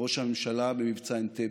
ראש הממשלה במבצע אנטבה.